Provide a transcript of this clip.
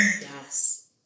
Yes